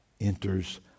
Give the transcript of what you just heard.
enters